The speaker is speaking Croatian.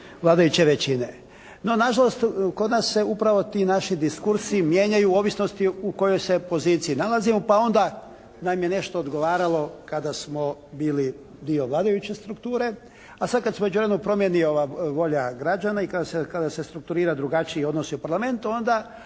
vladajuće većine. No nažalost, kod nas se upravo ti naši diskursi mijenjaju u ovisnosti u kojoj se poziciji nalazimo. Pa onda nam je nešto odgovaralo kada smo bili dio vladajuće strukture. A sad kad se u međuvremenu promijeni ova volja građana i kada se strukturiraju drugačiji odnosu u Parlamentu, onda